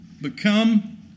become